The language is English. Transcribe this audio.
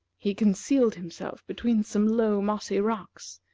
he concealed himself between some low, mossy rocks,